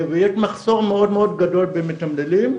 ויש מחסור מאוד מאוד גדול במתמללים.